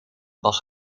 was